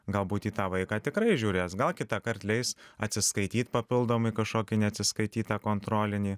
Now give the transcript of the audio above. galbūt į tą vaiką tikrai žiūrės gal kitąkart leis atsiskaityt papildomai kažkokį neatsiskaitytą kontrolinį